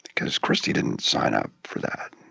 because christy didn't sign up for that